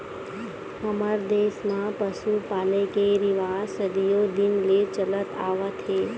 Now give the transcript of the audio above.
हमर देस म पसु पाले के रिवाज सदियो दिन ले चलत आवत हे